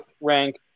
rank